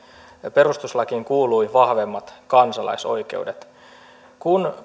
perustuslakiin kuului vahvemmat kansalaisoikeudet kun